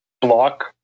Block